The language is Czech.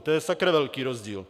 To je sakra velký rozdíl.